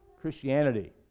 Christianity